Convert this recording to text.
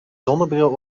zonnebril